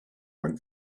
went